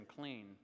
clean